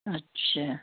ਅੱਛਾ